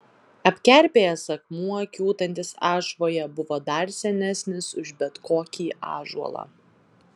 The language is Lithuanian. apkerpėjęs akmuo kiūtantis ašvoje buvo dar senesnis už bet kokį ąžuolą